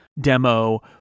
demo